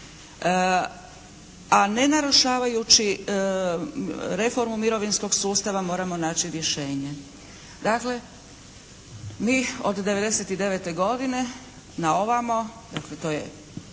a ne narušavajući reformu mirovinskog sustava moramo naći rješenje. Dakle mi od 1999. godine naovamo dakle to je